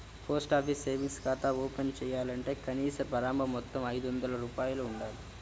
post office savings ఖాతా open చేయాలంటే కనీస ప్రారంభ మొత్తం ఐదొందల రూపాయలు ఉండాలి